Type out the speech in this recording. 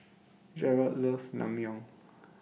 Jerrold loves Naengmyeon